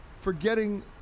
Forgetting